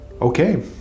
okay